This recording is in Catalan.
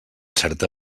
certa